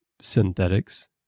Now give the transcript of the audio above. synthetics